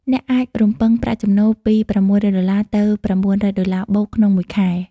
អ្នកអាចរំពឹងប្រាក់ចំណូលពី $600 ទៅ $900+ ក្នុងមួយខែ។